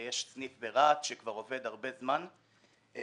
יש סניף ברהט שכבר עובד זמן רב.